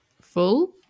full